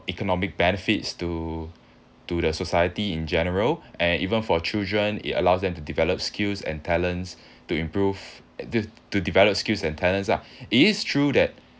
economic benefits to to the society in general and even for children it allows them to develop skills and talents to improve to to develop skills and talents lah it is true that